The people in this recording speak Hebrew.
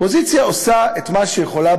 האופוזיציה עושה את מה שהיא יכולה,